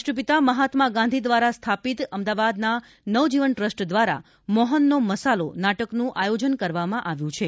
રાષ્ટ્રપિતા મહાત્મા ગાંધી દ્વારા સ્થાપિત અમદાવાદના નવજીવન ટ્રસ્ટ દ્વારા મોહનનો મસાલો નાટકનું આયોજન કરવામાં આવ્યું છે